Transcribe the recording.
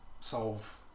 solve